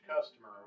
customer